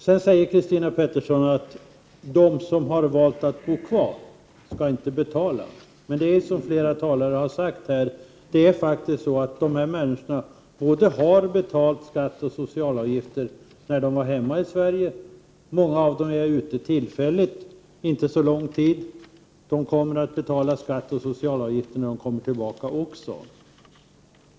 Sedan säger Christina Pettersson att de som har valt att bo kvar inte skall betala. Som flera talare har sagt här har de här människorna betalat både skatt och socialavgifter när de var hemma i Sverige. Många av dem är ute tillfälligt under en inte så lång tid, och de kommer att betala skatt och socialavgifter när de kommer tillbaka.